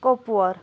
کۄپوور